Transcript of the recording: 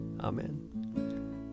Amen